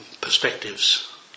perspectives